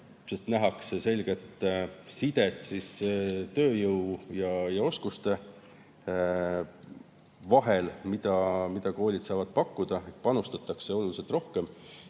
sest nähakse selget sidet tööjõu ja oskuste vahel, mida koolid saavad pakkuda. Panustatakse oluliselt rohkem